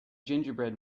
gingerbread